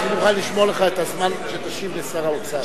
אני מוכן לשמור לך את הזמן שתשיב לשר האוצר.